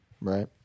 right